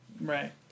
right